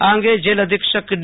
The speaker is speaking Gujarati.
આ અંગે જેલ અધિક્ષક ડી